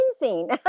amazing